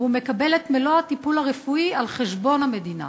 והוא מקבל את מלוא הטיפול הרפואי על חשבון המדינה?